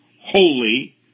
holy